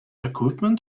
equipment